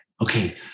Okay